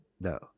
no